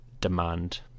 demand